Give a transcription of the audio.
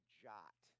jot